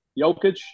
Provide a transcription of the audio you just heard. Jokic